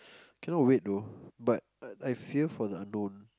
cannot wait though but I fear for the unknown